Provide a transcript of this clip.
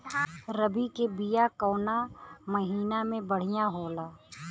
रबी के बिया कवना महीना मे बढ़ियां होला?